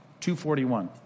241